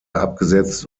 abgesetzt